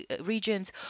regions